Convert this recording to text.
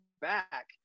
back